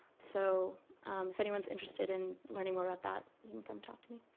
so if anyone's interested in learning more about that, you can come talk to me.